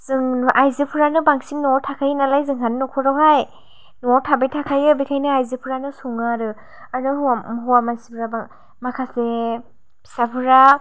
जों आयजोफ्रानो बांसिन न'आव थाखायो नालाय जोंहानि न'खरावहाय न'आव थाबाय थाखायो बेखायनो आयजोफ्रानो सङो आरो आरो हौवा मानसिफ्रा माखासे फिसाफोरा